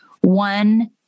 One